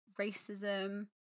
racism